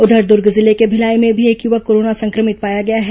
उधर दुर्ग जिले के भिलाई में भी एक युवक कोरोना सं क्र मित पाया गया है